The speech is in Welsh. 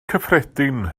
cyffredin